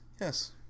Yes